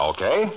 Okay